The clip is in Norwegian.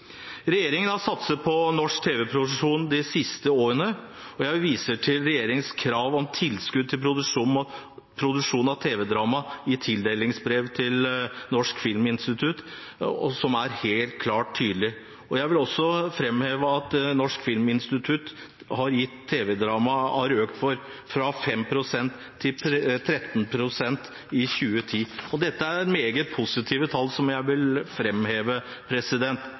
Regjeringen har satset på norsk tv-produksjon de siste årene, og jeg viser til regjeringens krav om tilskudd til produksjon av tv-drama i tildelingsbrev til Norsk filminstitutt, som er helt tydelig. Jeg vil også framheve at Norsk filminstitutts tilskudd til tv-drama har økt fra 5 pst. til 13 pst. fra 2010. Det er meget positive tall. Jeg vil